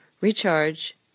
Recharge